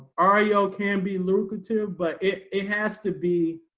audio can be lucrative, but it it has to be,